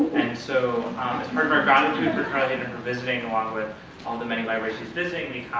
so as part of our gratitude for carla hayden for visiting, along with all the many libraries she's visiting, we